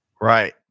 Right